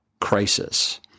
crisis